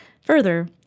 Further